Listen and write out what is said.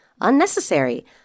unnecessary